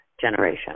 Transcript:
generation